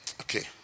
Okay